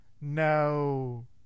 No